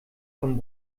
vom